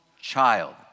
child